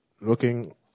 looking